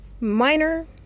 Minor